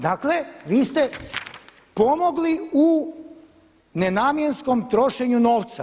Dakle, vi ste pomogli u nenamjenskom trošenju novca.